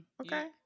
Okay